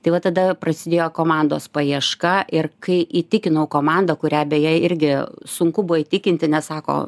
tai va tada prasidėjo komandos paieška ir kai įtikinau komandą kurią beje irgi sunku buvo įtikinti nes sako